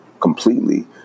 completely